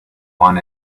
want